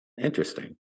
Interesting